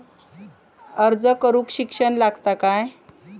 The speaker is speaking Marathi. अर्ज करूक शिक्षण लागता काय?